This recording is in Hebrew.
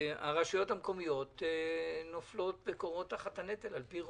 הרשויות המקומיות כורעות תחת הנטל על פי רוב,